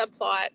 subplot